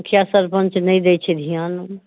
मुखिआ सरपञ्च नहि दै छै ध्यान